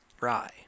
rye